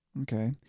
Okay